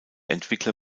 entwickler